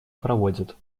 проводят